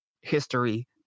history